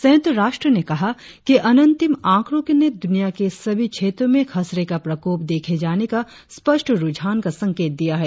संयुक्त राष्ट्र ने कहा कि अनंतिम आंकड़ों ने दुनिया के सभी क्षेत्रों में खसरे का प्रकोप देखे जाने का स्पष्ट रुझान का संकेत दिया है